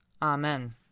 Amen